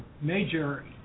major